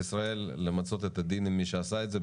ישראל למצות את הדין עם מי שעשה את זה,